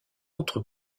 autre